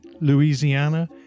Louisiana